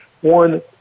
one